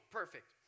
perfect